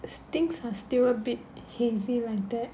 things are still a bit hazy like that